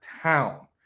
town